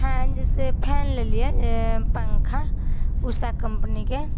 हँ जैसे फैन लेलियै पंखा उषा कम्पनीके